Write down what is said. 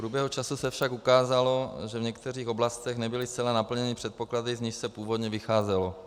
V průběhu času se však ukázalo, že v některých oblastech nebyly zcela naplněny předpoklady, z nichž se původně vycházelo.